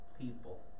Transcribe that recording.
people